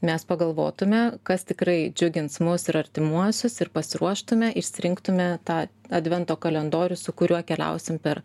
mes pagalvotume kas tikrai džiugins mus ir artimuosius ir pasiruoštume išsirinktume tą advento kalendorių su kuriuo keliausim per